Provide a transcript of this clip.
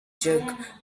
jerk